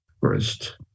first